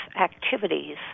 activities